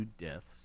deaths